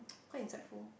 quite insightful